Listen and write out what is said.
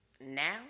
Now